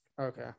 Okay